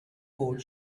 four